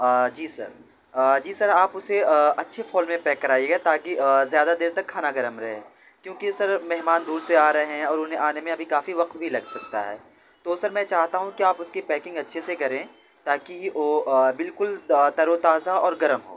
جی sir جی sir آپ اسے اچھے فول میں پیک کرائیے گا تاکہ زیادہ دیر تک کھانا گرم رہے کیوںکہ سر مہمان دور آ رہے ہیں اور انہیں آنے میں ابھی کافی وقت بھی لگ سکتا ہے تو سر میں چاہتا ہوں کہ آپ اس کی پیکنگ اچھے سے کریں تاکہ وہ بالکل تر و تازہ اور گرم ہو